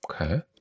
okay